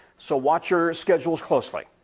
so watch your schedules closely.